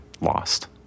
lost